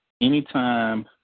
anytime